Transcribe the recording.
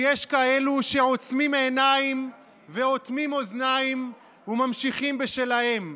יש כאלו שעוצמים עיניים ואוטמים אוזניים וממשיכים בשלהם.